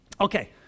Okay